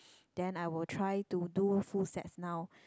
then I will try to do full sets now